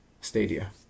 Stadia